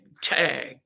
tag